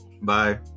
bye